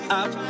up